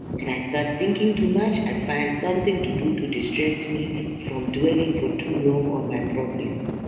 when i start thinking too much i find something to do to distract me from dwelling for too long on my problems.